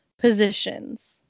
positions